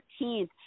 13th